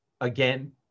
again